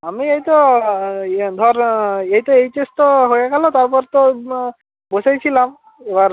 আমি এই তো ধর এই তো এইচএস তো হয়ে গেলো তারপর তো বসেই ছিলাম এবার